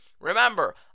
remember